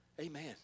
Amen